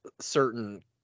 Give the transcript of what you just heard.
certain